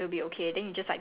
can [one] can [one]